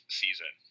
season